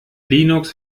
linux